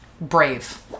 brave